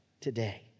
today